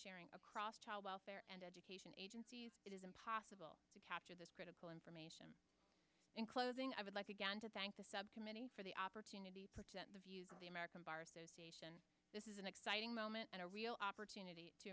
sharing across child welfare and education agencies it is impossible to capture this critical information in closing i would like again to thank the subcommittee for the opportunity of the american bar association this is an exciting moment and a real opportunity to